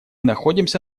находимся